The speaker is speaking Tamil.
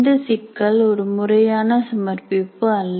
இந்த சிக்கல் ஒரு முறையான சமர்ப்பிப்பு அல்ல